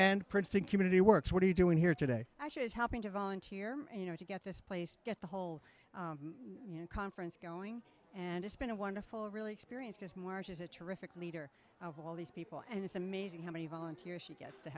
community works what are you doing here today actually is helping to volunteer you know to get this place get the whole conference going and it's been a wonderful really experience because mars is a terrific leader of all these people and it's amazing how many volunteers she gets to